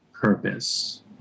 purpose